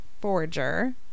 forger